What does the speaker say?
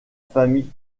famille